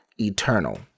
eternal